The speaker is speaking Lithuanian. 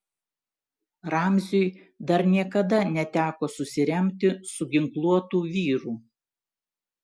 ramziui dar niekada neteko susiremti su ginkluotu vyru